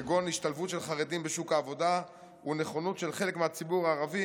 כגון השתלבות של חרדים בשוק העבודה ונכונות של חלק מהציבור הערבי